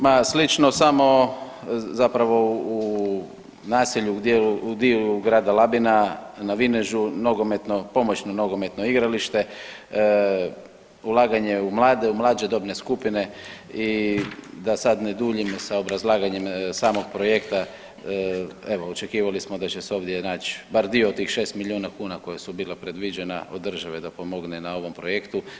Ma slično, samo zapravo u naselju u dijelu grada Labina na Vinežu nogometno, pomoćno nogometno igralište, ulaganje u mlade, u mlađe dobne skupine i da sad ne duljimo sa obrazlaganjem samog projekta, evo očekivali smo da će se ovdje nać bar dio od tih 6 milijuna kuna koje su bila predviđena od države da pomogne na ovom projektu.